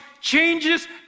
changes